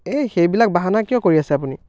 এই সেইবিলাক বাহানা কিয় কৰি আছে আপুনি